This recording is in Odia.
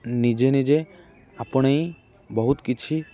ନିଜେ ନିଜେ ଆପଣାଇ ବହୁତ କିଛି